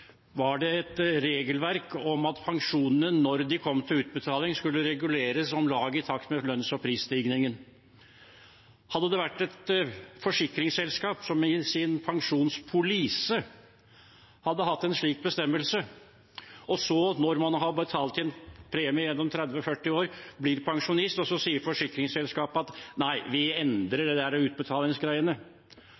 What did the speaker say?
at pensjonen – når den kom til utbetaling – skulle reguleres om lag i takt med lønns- og prisstigningen. Hadde det vært et forsikringsselskap som i sin pensjonspolise hadde hatt en slik bestemmelse, og så når man hadde betalt inn premie gjennom 30–40 år og blitt pensjonist, hadde sagt nei, vi endrer